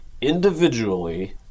individually